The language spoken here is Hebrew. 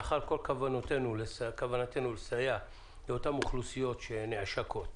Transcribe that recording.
מאחר שכל כוונתנו היא לסייע לאותן אוכלוסיות שנעשקות,